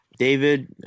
David